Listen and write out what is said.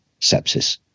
sepsis